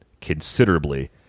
considerably